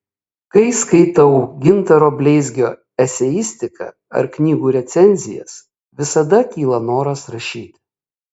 kai skaitau gintaro bleizgio eseistiką ar knygų recenzijas visada kyla noras rašyti